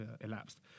elapsed